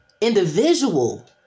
individual